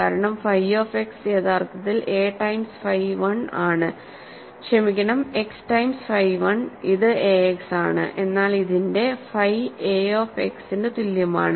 കാരണം phi of x യഥാർത്ഥത്തിൽ a times phi 1 ആണ് ക്ഷമിക്കണം x ടൈംസ് ഫൈ 1 ഇത് ax ആണ് എന്നാൽ ഇത് ന്റെ ഫൈ a ഓഫ് x ന് തുല്യമാണ്